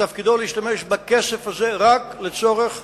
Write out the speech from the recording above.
ותפקידו להשתמש בכסף הזה רק לצורך